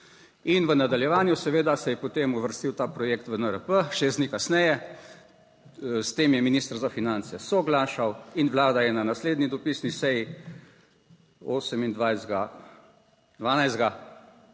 In v nadaljevanju seveda se je potem uvrstil ta projekt v NRP, šest dni kasneje, s tem je minister za finance soglašal in vlada je na naslednji dopisni seji 28. 12.,